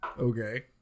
Okay